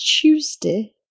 Tuesday